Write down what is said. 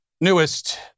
newest